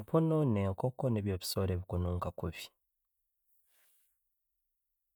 Empuunu ne'enkooko nibyo ebiisooro ebinuunka kubi.